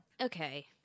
okay